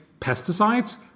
pesticides